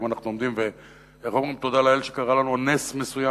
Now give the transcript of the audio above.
אנחנו עומדים ואומרים: תודה רבה שקרה לנו נס מסוים,